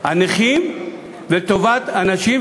הנכים ולטובת הנשים,